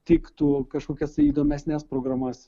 teiktų kažkokias tai įdomesnes programas